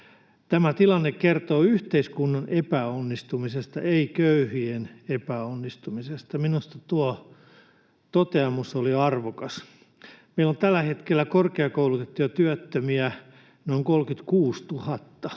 Tämä tilanne kertoo yhteiskunnan epäonnistumisesta, ei köyhien epäonnistumisesta.” Minusta tuo toteamus oli arvokas. Meillä on tällä hetkellä korkeakoulutettuja työttömiä noin 36 000,